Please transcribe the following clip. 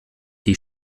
die